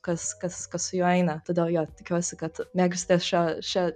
kas kas kas su juo eina todėl jo tikiuosi kad mėgausitės šia šia